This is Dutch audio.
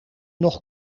nog